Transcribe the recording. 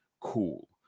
cool